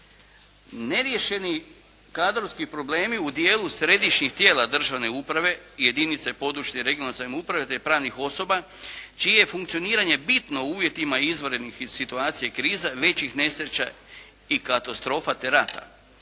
Neriješeni kadrovski problemi u dijelu središnjih tijela državne uprave jedinice područne regionalne samouprave te pravnih osoba čije je funkcioniranje bitno u uvjetima izvanrednih situacija i kriza, većih nesreća i katastrofa te rata.